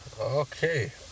okay